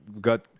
got